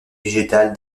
végétale